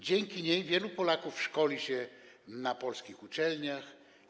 Dzięki niej wielu Polaków szkoli się na polskich uczelniach.